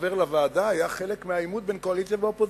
עובר לוועדה היה חלק מהעימות בין קואליציה לאופוזיציה.